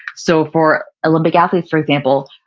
so for olympic athletes for example,